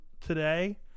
today